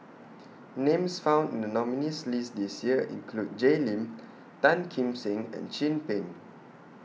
Names found in The nominees' list This Year include Jay Lim Tan Kim Seng and Chin Peng